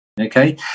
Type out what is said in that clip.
Okay